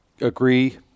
agree